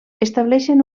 estableixen